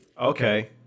Okay